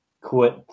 quit